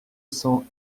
cents